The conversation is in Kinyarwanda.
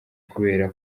kubera